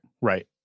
Right